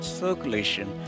circulation